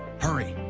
hurry,